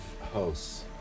hosts